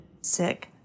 Sick